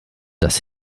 das